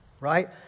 right